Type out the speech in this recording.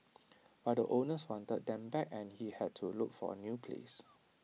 but the owners wanted them back and he had to look for A new place